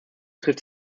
trifft